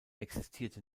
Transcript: existierte